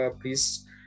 Please